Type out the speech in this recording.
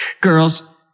girls